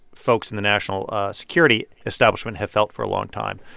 folks in the national security establishment have felt for a long time,